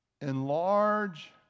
enlarge